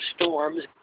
storms